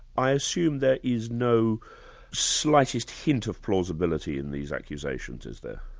i assume there is no slightest hint of plausibility in these accusations, is there?